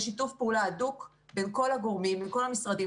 יש שיתוף פעולה הדוק בין כל הגורמים מכל המשרדים.